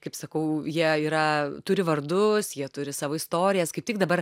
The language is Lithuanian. kaip sakau jie yra turi vardus jie turi savo istorijas kaip tik dabar